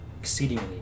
exceedingly